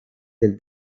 del